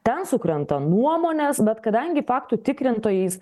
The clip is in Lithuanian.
ten sukrenta nuomonės bet kadangi faktų tikrintojais